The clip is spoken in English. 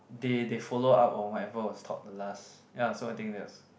they they follow up on whatever was taught last ya so I think that's